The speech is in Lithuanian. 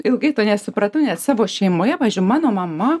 ilgai to nesupratau net savo šeimoje pavyzdžiui mano mama